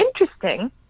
interesting